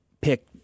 pick